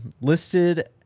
listed